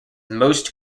most